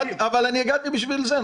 הגעתי בשביל זה.